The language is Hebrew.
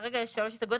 כרגע יש שלוש הסתייגויות.